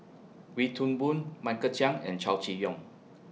Wee Toon Boon Michael Chiang and Chow Chee Yong